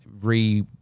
re